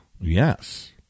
Yes